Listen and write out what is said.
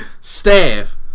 staff